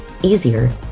easier